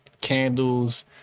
candles